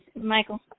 Michael